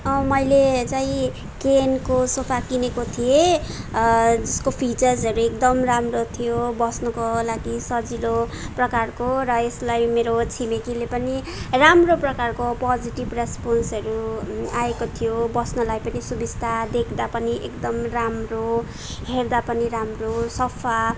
मैले चाहिँ केनको सोफा किनेको थिएँ जसको फिचर्सहरू एकदम राम्रो थियो बस्नुको लागि सजिलो प्रकारको र यसलाई मेरो छिमेकीले पनि राम्रो प्रकारको पोजेटिभ रेसपोन्सहरू आएको थियो बस्नलाई पनि सुबिस्ता देख्दा पनि एकदम राम्रो हेर्दा पनि राम्रो सफा